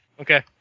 Okay